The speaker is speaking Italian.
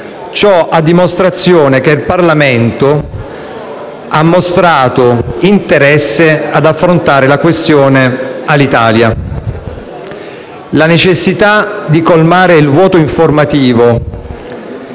a dimostrazione del fatto che il Parlamento ha mostrato interesse ad affrontare la questione Alitalia. La necessità di colmare il vuoto informativo